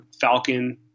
Falcon